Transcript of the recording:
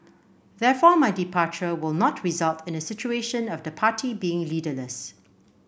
therefore my departure will not result in a situation of the party being leaderless